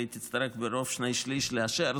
והיא תצטרך ברוב של שני-שלישים לאשר.